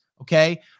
okay